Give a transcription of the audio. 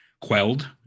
quelled